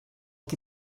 qui